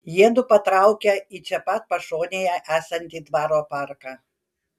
jiedu patraukia į čia pat pašonėje esantį dvaro parką